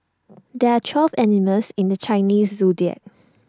there are twelve animals in the Chinese Zodiac